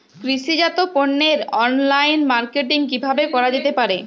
কৃষিজাত পণ্যের online marketing কিভাবে করা যেতে পারে?